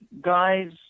guys